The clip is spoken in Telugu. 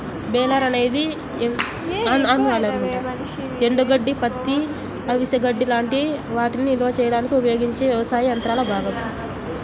బేలర్ అనేది ఎండుగడ్డి, పత్తి, అవిసె గడ్డి లాంటి వాటిని నిల్వ చేయడానికి ఉపయోగించే వ్యవసాయ యంత్రాల భాగం